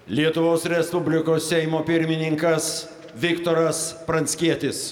lietuvos respublikos seimo pirmininkas viktoras pranckietis